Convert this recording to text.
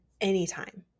anytime